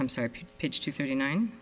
i'm sorry pitch to thirty nine